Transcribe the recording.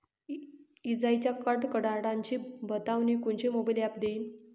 इजाइच्या कडकडाटाची बतावनी कोनचे मोबाईल ॲप देईन?